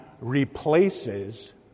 replaces